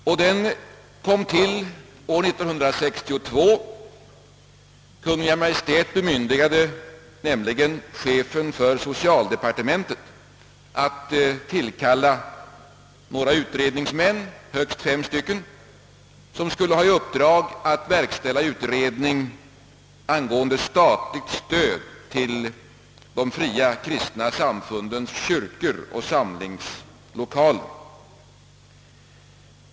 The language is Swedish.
Denna utredning tillkom år 1962. Kungl. Maj:t bemyndigade då chefen för socialdepartementet att tillkalla högst fem utredningsmän som skulle ha i uppdrag att verkställa utredning angående statligt stöd till de fria kristna samfundens kyrkor och samlingslokaler.